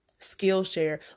Skillshare